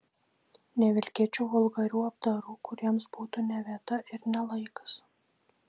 nevilkėčiau vulgarių apdarų kuriems būtų ne vieta ir ne laikas